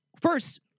first